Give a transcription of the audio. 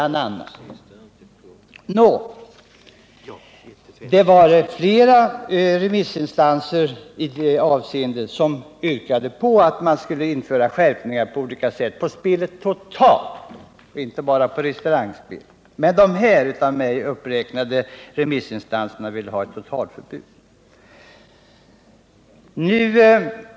Nå, det var flera remissinstanser som yrkade på att man på olika sätt skulle införa skärpningar på spelet totalt, inte bara på restaurangspelet. Men de av mig uppräknade remissinstanserna ville ha ett totalförbud.